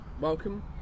Welcome